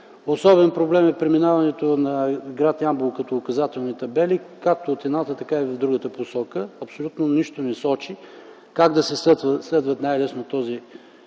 Особен проблем е преминаването на гр. Ямбол като указателни табели – както в едната, така и в другата посока. Абсолютно нищо не сочи как да се следва най-лесно този маршрут.